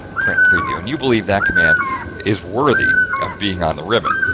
print preview and you believe that command is worthy of being on the ribbon.